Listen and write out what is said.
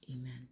Amen